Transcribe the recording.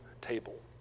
table